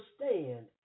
understand